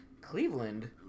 Cleveland